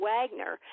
Wagner